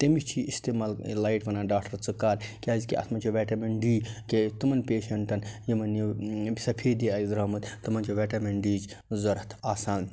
تٔمِس چھِ یہِ اِستعمال لایٹ وَنان ڈاکٹر ژٕ کَر کیٛازِ کہِ اَتھ منٛز چھِ وٮ۪ٹٮ۪مِن ڈی کے تِمَن پیشنٛٹن یِمن یہِ سَفیدی آسہِ درٛامُت تِمن چھِ وٮ۪ٹٮ۪مِن ڈی یِچ ضوٚرتھ آسان